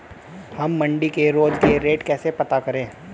हम मंडी के रोज के रेट कैसे पता करें?